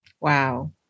Wow